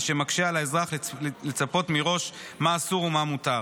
שמקשה על האזרח לצפות מראש מה אסור ומה מותר.